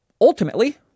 ultimately